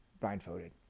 blindfolded